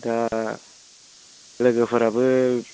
दा लोगोफोराबो